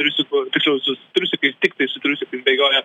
triusikų tiksliau su triusikais tiktai su triusikais bėgiojo